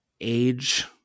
age